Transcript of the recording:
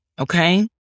okay